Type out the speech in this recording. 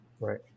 Right